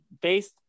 based